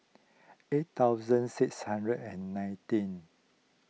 eight thousand six hundred and nineteen